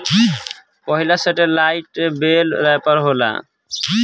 पहिला सेटेलाईट बेल रैपर होला